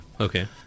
okay